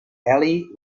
ellie